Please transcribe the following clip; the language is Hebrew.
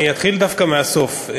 אני אתחיל דווקא מהסוף,